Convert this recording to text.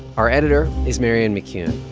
our editor is marianne mccune.